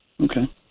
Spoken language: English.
Okay